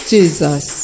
Jesus